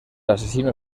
asesino